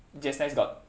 just nice got